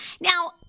Now